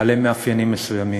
בעלי מאפיינים מסוימים.